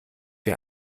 wir